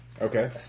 Okay